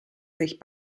sich